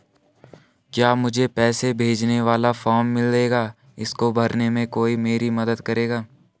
क्या मुझे पैसे भेजने वाला फॉर्म मिलेगा इसको भरने में कोई मेरी मदद करेगा?